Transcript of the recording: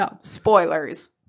Spoilers